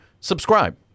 Subscribe